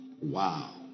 Wow